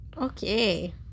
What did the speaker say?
Okay